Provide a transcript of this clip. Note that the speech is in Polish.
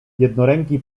jednoręki